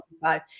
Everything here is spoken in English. five